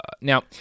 Now